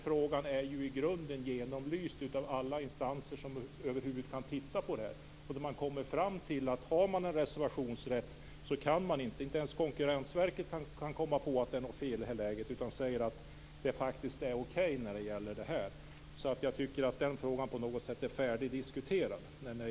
Frågan är i grunden genomlyst av alla instanser som över huvud taget kan titta på frågan. Inte ens Konkurrensverket har kommit fram till att det finns något fel, eftersom det finns en reservationsrätt. Man säger att det är okej. Jag tycker att den frågan är färdigdiskuterad.